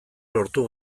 lortu